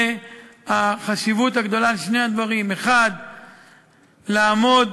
זה החשיבות הגדולה של שני הדברים: 1. לעמוד